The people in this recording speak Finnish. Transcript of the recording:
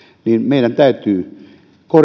meidän täytyy